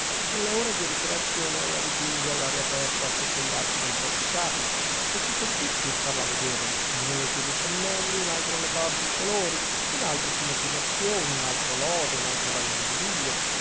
nelle ore di ricreazione ella dipinge all'aria aperta sotto gli archi del porticato e ci son tutti a starla a vedere uno le tiene i pennelli un altro le porge i colori un altro si mette in azione un altro loda un altro va in visibilio